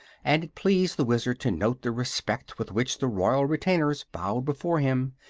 and it pleased the wizard to note the respect with which the royal retainers bowed before him.